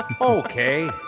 okay